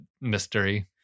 mystery